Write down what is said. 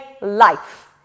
life